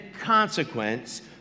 consequence